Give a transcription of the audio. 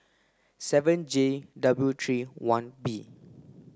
seven J W three one B